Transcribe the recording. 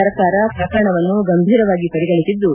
ಸರ್ಕಾರ ಪ್ರಕರಣವನ್ನು ಗಂಭೀರವಾಗಿ ಪರಿಗಣಿಸಿದ್ದು